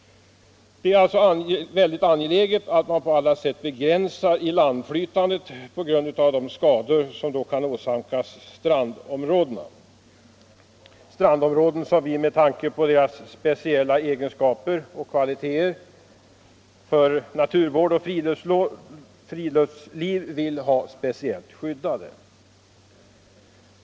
Det är alltså mycket angeläget att man på alla sätt begränsar ilandflytandet, beroende på de skador som kan åsamkas strandområdena — strandområden som vi med tanke på deras särskilda egenskaper och kvaliteter vill ha speciellt skyddade för naturvård och friluftsliv.